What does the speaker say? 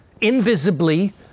invisibly